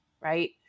right